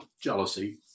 jealousy